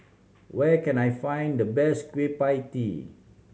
where can I find the best Kueh Pie Tee